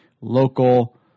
local